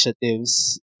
initiatives